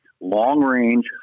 long-range